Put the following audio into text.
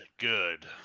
good